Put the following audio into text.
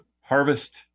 harvest